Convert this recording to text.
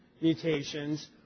mutations